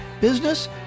business